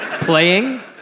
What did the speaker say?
Playing